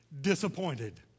disappointed